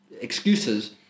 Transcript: excuses